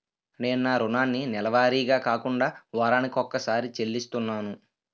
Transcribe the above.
నేను నా రుణాన్ని నెలవారీగా కాకుండా వారాని కొక్కసారి చెల్లిస్తున్నాను